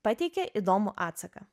pateikė įdomų atsaką